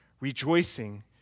rejoicing